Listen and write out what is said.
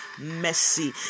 Messi